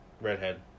Redhead